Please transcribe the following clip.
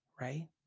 right